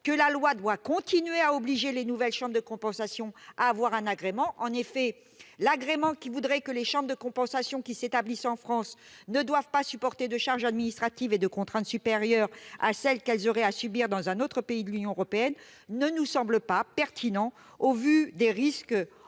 que la loi doit continuer à obliger les nouvelles chambres de compensation à avoir un agrément. L'argument qui voudrait que les chambres de compensation qui s'établissent en France ne doivent pas supporter de charges administratives et de contraintes supérieures à celles qu'elles auraient à subir dans un autre pays de l'Union européenne ne nous semble pas pertinent au vu des risques